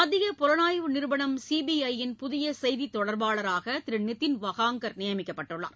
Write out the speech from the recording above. மத்திய புலனாய்வு நிறுவனம் சி பி ஐ யின் புதிய செய்தித்தொடர்பாளராக திரு நிதின் வகாங்கள் நியமிக்கப்பட்டுள்ளார்